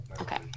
Okay